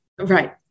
Right